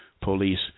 police